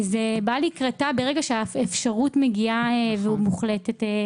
זה בא לקראתה ברגע שהאפשרות מגיעה ומוחלטת,